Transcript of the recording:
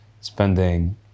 spending